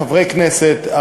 חברי כנסת,